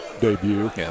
debut